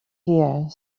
here